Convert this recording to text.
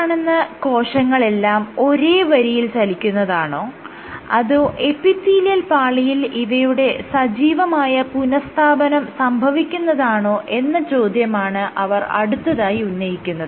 ഈ കാണുന്ന കോശങ്ങളെല്ലാം ഒരേ വരിയിൽ ചലിക്കുന്നതാണോ അതോ എപ്പിത്തീലിയൽ പാളിയിൽ ഇവയുടെ സജീവമായ പുനഃസ്ഥാപനം സംഭവിക്കുന്നതാണോ എന്ന ചോദ്യമാണ് അവർ അടുത്തയായി ഉന്നയിക്കുന്നത്